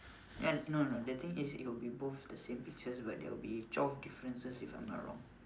and no no no the thing is it will be both the same pictures but there will be twelve differences if I'm not wrong